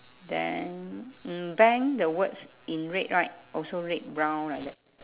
then mm bank the words in red right also red brown like that